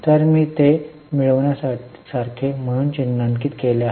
तर मी ते मिळण्यासारखे म्हणून चिन्हांकित केले आहे